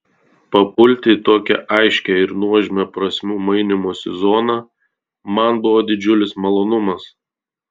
papulti į tokią aiškią ir nuožmią prasmių mainymosi zoną man buvo didžiulis malonumas